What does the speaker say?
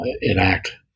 enact